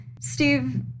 Steve